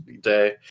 day